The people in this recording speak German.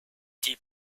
die